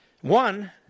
One